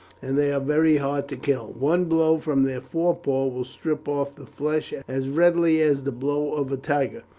and they are very hard to kill. one blow from their forepaws will strip off the flesh as readily as the blow of a tiger.